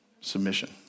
submission